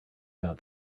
about